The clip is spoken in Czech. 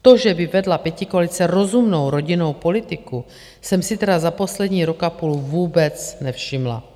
Toho, že by vedla pětikoalice rozumnou rodinnou politiku, jsem si tedy za poslední rok a půl vůbec nevšimla.